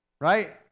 right